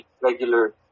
regular